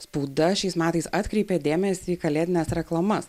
spauda šiais metais atkreipė dėmesį į kalėdines reklamas